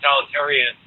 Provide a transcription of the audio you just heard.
totalitarian